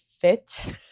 fit